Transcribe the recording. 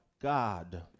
God